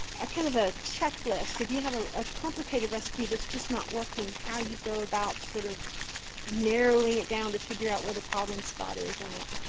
a kind of a checklist. if you have ah a complicated recipe that's just not working, how you go about sort of narrowing it down to figure out where the problem spot is in it.